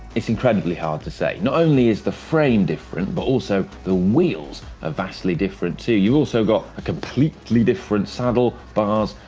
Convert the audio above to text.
it's incredibly hard to say. not only is the frame different, but also the wheels are vastly different too. you also got a completely different saddle, bars,